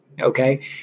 Okay